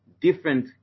different